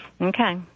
okay